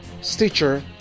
Stitcher